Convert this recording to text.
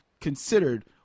considered